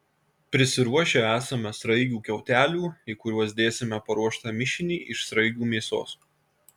prisiruošę esame sraigių kiautelių į kuriuos dėsime paruoštą mišinį iš sraigių mėsos